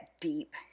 deep